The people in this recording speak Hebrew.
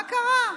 מה קרה?